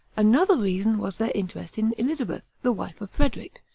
another reason was their interest in elizabeth, the wife of frederic,